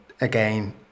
again